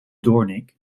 doornik